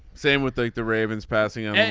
same with like the ravens passing on